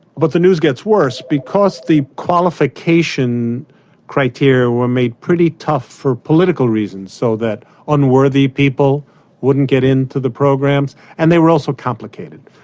but the news gets worse. because the qualification criteria were made pretty tough for political reasons, so that unworthy people wouldn't get into the programs, and they were also complicated.